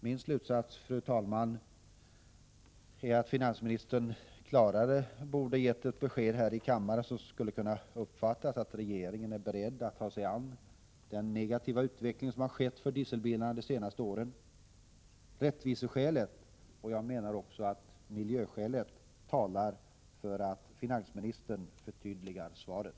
Min slutsats, fru talman, är att finansministern klarare borde ha gett ett besked här i kammaren som skulle ha kunnat uppfattas så, att regeringen är beredd att ta sig an den negativa utvecklingen som har skett för dieselbilarna de senaste åren. Rättviseskälet — och jag menar också miljöskälet — talar för att finansministern bör förtydliga svaret.